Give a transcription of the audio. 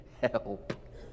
help